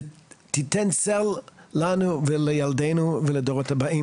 ותיתן צל לנו ולילדנו ולדורות הבאים.